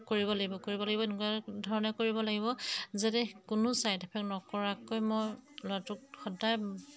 কৰিব লাগিব কৰিব লাগিব এনেকুৱা ধৰণে কৰিব লাগিব যাতে কোনো ছাইড এফেক্ট নকৰাককৈ মই ল'ৰাটোক সদায়